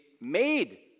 made